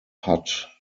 hut